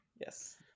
yes